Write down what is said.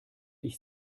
ich